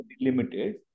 limited